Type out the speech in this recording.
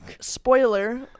Spoiler